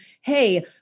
hey